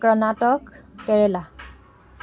Karnataka Kerala